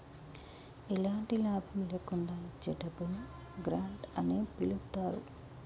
ఎలాంటి లాభం లేకుండా ఇచ్చే డబ్బును గ్రాంట్ అని పిలుత్తారు